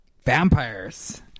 vampires